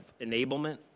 enablement